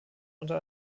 unter